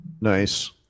nice